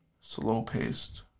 slow-paced